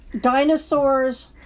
dinosaurs